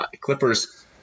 Clippers